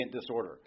disorder